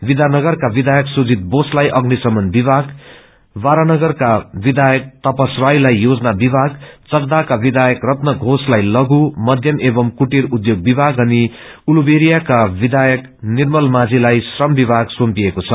विषाननगरका विषयक सुजीत बोसलाई अग्निशमन विभाग वारानगरका विषयक तपस रायलाई योजना विभाग चकदाहका विथयक रल घोषलाई लघु मध्यम एवमू कूटीर उच्चोग विमाग अनि उलुदेरियाका विषयक निर्मल माझालाई श्रम विमाग सुम्पिएको छ